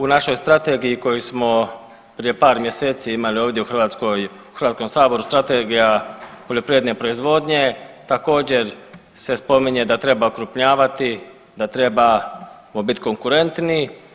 U našoj strategiji koju smo prije par mjeseci imali ovdje u Hrvatskom saboru Strategija poljoprivredne proizvodnje također se spominje da treba okrupnjavati, da trebamo bit konkurentni.